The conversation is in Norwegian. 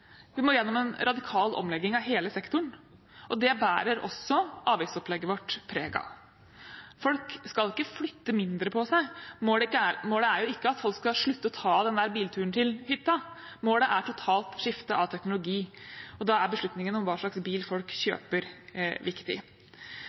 Vi må gjennom en radikal omlegging av hele sektoren, og det bærer også avgiftsopplegget vårt preg av. Folk skal ikke flytte mindre på seg, målet er ikke at folk skal slutte å ta bilturen til hytta. Målet er totalt skifte av teknologi. Da er beslutningen om hva slags bil folk